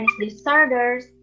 disorders